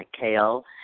kale